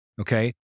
Okay